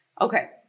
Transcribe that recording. Okay